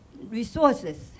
resources